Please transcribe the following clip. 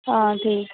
हां ठीक